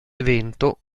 evento